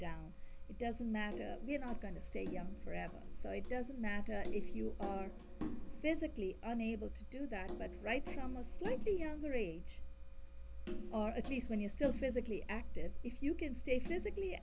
down it doesn't matter we're not going to stay young forever so it doesn't matter if you are physically unable to do that but right from a slightly younger age or at least when you're still physically active if you can stay physically